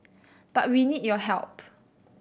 but we need your help